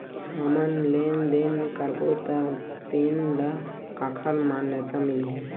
हमन लेन देन करबो त तेन ल काखर मान्यता मिलही?